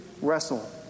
wrestle